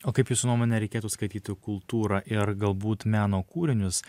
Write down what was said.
o kaip jūsų nuomone reikėtų skaityti kultūrą ir galbūt meno kūrinius